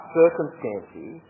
circumstances